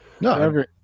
No